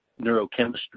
neurochemistry